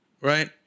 right